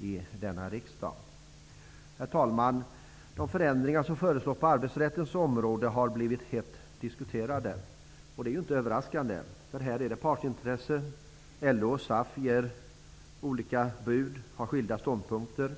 i denna riksdag. Herr talman! De förändringar som föreslås på arbetsrättens område har blivit hett diskuterade. Det är inte överraskande. Här finns ett partsintresse. LO och SAF ger olika bud, har skilda ståndpunkter.